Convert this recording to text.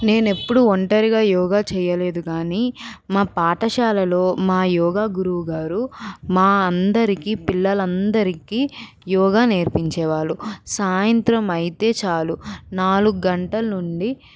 నేనెప్పుడూ ఒంటరిగా యోగా చేయలేదు కానీ మా పాఠశాలలో మా యోగా గురువు గారు మా అందరికీ పిల్లలందరికీ యోగా నేర్పించేవాళ్ళు సాయంత్రం అయితే చాలు నాలుగు గంటలు నుండి